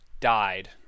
died